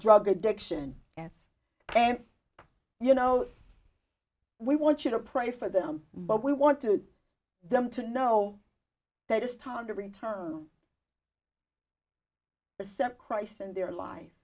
drug addiction yes and you know we want you to pray for them but we want to them to know that it's time to return the christ and their life